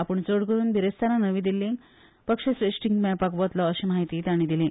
आपूण चड करून बिरेस्तारा नवी दिल्लीक पक्षश्रेश्ठींक मेळपाक वतलों अशी माहिती तांणी दिली